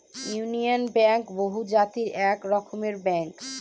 union bank বহুজাতিক এক রকমের ব্যাঙ্ক